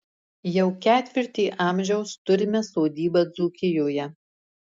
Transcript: jau ketvirtį amžiaus turime sodybą dzūkijoje